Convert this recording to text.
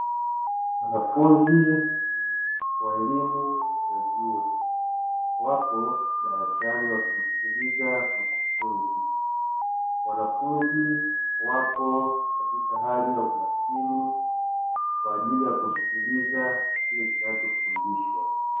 Wanafunzi wa elimu ya juu wapo darasani wakimsikiliza mkufunzi, wanafunzi wapo katika hali ya umakini kwa ajili ya kusikiliza kile kinachofundishwa.